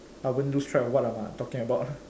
I won't lose track of what I'm uh talking about lah